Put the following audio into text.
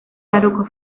nauruko